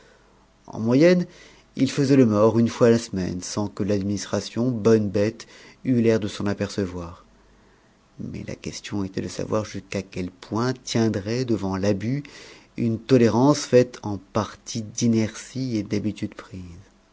en moyenne il faisait le mort une fois la semaine sans que l'administration bonne bête eût l'air de s'en apercevoir mais la question était de savoir jusqu'à quel point tiendrait devant l'abus une tolérance faite en partie d'inertie et d'habitude prise